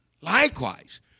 Likewise